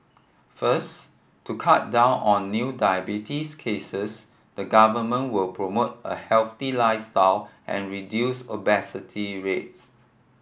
first to cut down on new diabetes cases the Government will promote a healthy lifestyle and reduce obesity rates